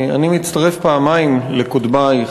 אני מצטרף פעמיים לקודמי,